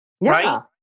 Right